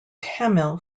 tamil